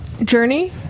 Journey